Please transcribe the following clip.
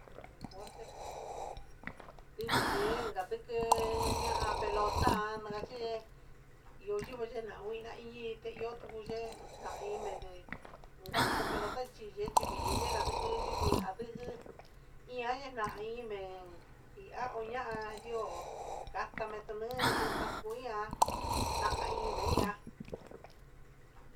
Deporte pus este ndijuyen anduku, ña'a pelota nakachi iho yingui nayina iyi hi ti iho ngueye naige uta chu pelota chíye chivii yingaduku yunduu, iha yinami en iha nguña'a andio gatame kunuu nduja tukuia ndaime ihá.